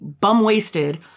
bum-wasted